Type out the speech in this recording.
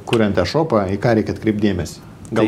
kuriant tą šopą į ką reikia atkreipt dėmesį gal